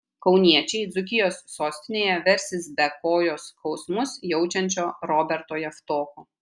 kauniečiai dzūkijos sostinėje versis be kojos skausmus jaučiančio roberto javtoko